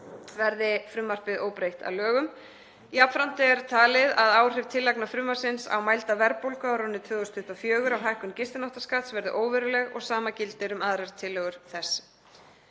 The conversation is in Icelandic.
verði frumvarpið óbreytt að lögum. Jafnframt er talið að áhrif tillagna frumvarpsins á mælda verðbólgu á árinu 2024 af hækkun gistináttaskatts verði óveruleg og sama gildir um aðrar tillögur þess.